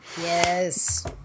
Yes